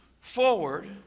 forward